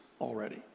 already